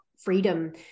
freedom